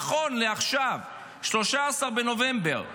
נכון לעכשיו, 13 בנובמבר 2024,